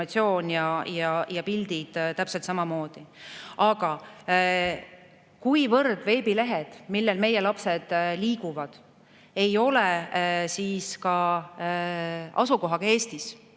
ja pildid täpselt samamoodi. Aga kuivõrd veebilehed, millel meie lapsed liiguvad, ei asu Eestis,